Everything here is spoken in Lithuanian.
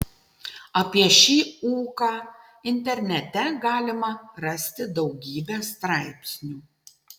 apie šį ūką internete galima rasti daugybę straipsnių